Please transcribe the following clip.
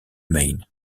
main